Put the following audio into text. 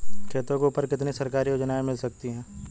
खेतों के ऊपर कितनी सरकारी योजनाएं मिल सकती हैं?